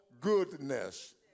goodness